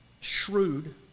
shrewd